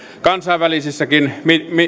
kansainvälisissäkin